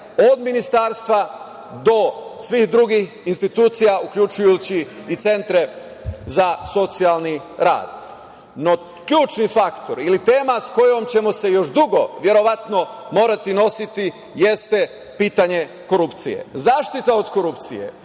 od ministarstva do svih drugih institucija, uključujući i centre za socijalni rad. Ključni faktor ili tema sa kojom ćemo se još dugo verovatno morati nositi jeste pitanje korupcije. Zaštita od korupcije